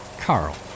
Carl